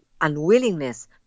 unwillingness